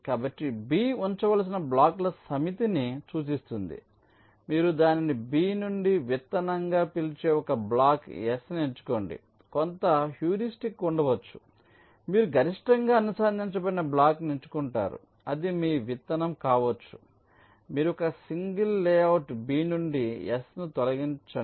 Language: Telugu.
కాబట్టి B ఉంచవలసిన బ్లాకుల సమితిని సూచిస్తుంది మీరు దానిని B నుండి విత్తనంగా పిలిచే ఒక బ్లాక్ S ని ఎన్నుకోండి కొంత హ్యూరిస్టిక్ ఉండవచ్చు మీరు గరిష్టంగా అనుసంధానించబడిన బ్లాక్ను ఎంచుకుంటారు అది మీ విత్తనం కావచ్చు మీరు ఒక సింగిల్ లేఅవుట్ B నుండి S ను తొలగించండి